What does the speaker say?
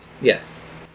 Yes